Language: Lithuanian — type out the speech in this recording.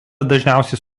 dažniausiai